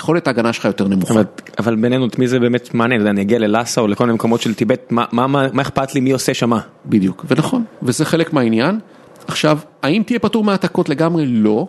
יכולת להיות ההגנה שלך יותר נמוכה. זו תומרת אבל בינינו תמיד זה באמת מעניין. מה אני אגיע ללאסה או לכל המקומות של טיבט, מה אכפת לי מי עושה שמה? בדיוק. ונכון, וזה חלק מהעניין, עכשיו, האם תהיה פתור מהעתקות לגמרי? לא,